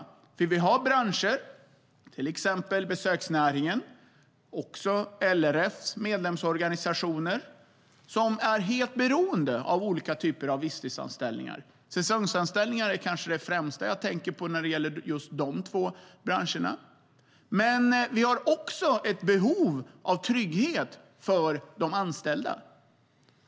Vi har nämligen branscher, till exempel besöksnäringen, och LRF:s medlemsorganisationer som är helt beroende av olika typer av visstidsanställningar. Säsongsanställningar är kanske det främsta jag tänker på när det gäller just dessa två branscher. Men vi har också ett behov av trygghet för de anställda.